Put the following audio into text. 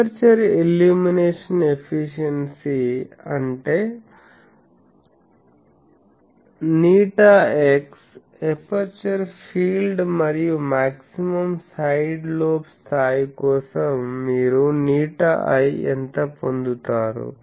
aperture illumination efficiency అంటే ηx aperture field మరియు maximum side lobe స్థాయి కోసం మీరు ηi ఎంత పొందుతారు